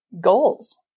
goals